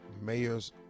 mayors